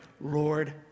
lord